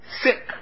sick